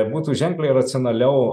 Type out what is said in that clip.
būtų ženkliai racionaliau